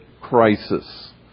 crisis